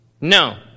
No